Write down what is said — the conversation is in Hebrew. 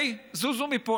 הי, זוזו מפה.